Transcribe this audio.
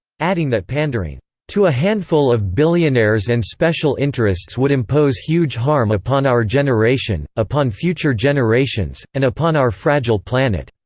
adding that pandering to a handful of billionaires and special interests would impose huge harm upon our generation, upon future generations, and upon our fragile planet.